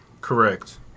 Correct